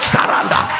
Saranda